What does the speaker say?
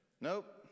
Nope